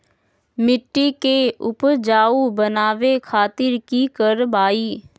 मिट्टी के उपजाऊ बनावे खातिर की करवाई?